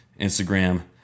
Instagram